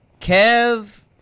Kev